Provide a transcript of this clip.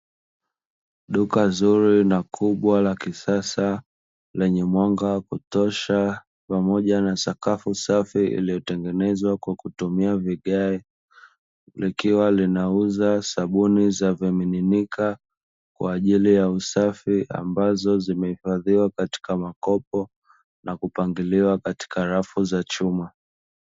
Duka kubwa zuri na kubwa la kisasa, lenye mwanga wa kutosha pamoja na sakafu safi iliyotengenezwa kwa kutumia vigae. Likiwa linauza sabuni za vimiminika kwa ajili ya usafi, ambazo zimehifadhiwa katika makopo na kupangiliwa katika rafu za chuma.